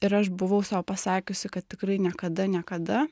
ir aš buvau sau pasakiusi kad tikrai niekada niekada